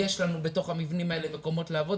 יש לנו בתוך המבנים האלה מקומות לעבוד,